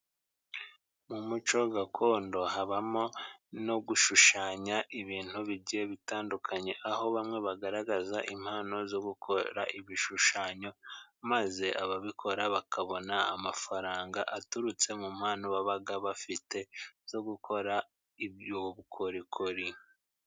Mu muco gakondo habamo no gushushanya ibintu bigiye bitandukanye, aho bamwe bagaragaza impano zo gukora ibishushanyo, maze ababikora bakabona amafaranga aturutse mu mpano baba bafite zo gukora ubwo bukorikori.